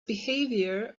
behavior